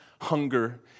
hunger